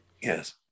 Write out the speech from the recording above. Yes